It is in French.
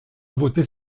voter